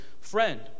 Friend